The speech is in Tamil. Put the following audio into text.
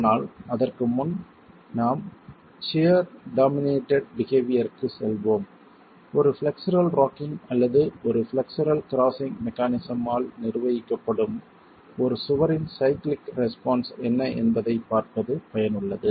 ஆனால் அதற்கு முன் நாம் சியர் டாமினேட்டட் பிஹேவியர்க்கு செல்வோம் ஒரு ஃப்ளெக்சுரல் ராக்கிங் அல்லது ஒரு ஃப்ளெக்சுரல் கிரஸ்ஸிங் மெக்கானிஸம் ஆல் நிர்வகிக்கப்படும் ஒரு சுவரின் சைக்ளிக் ரெஸ்பான்ஸ் என்ன என்பதைப் பார்ப்பது பயனுள்ளது